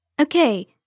Okay